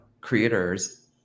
creators